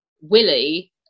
Willie